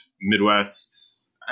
Midwest